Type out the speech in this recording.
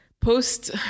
post